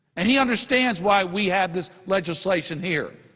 and he understands why we have this legislation here.